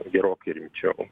gerokai rimčiau